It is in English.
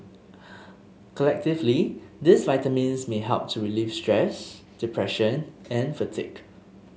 collectively these vitamins may help to relieve stress depression and fatigue